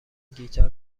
گیتار